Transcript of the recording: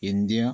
India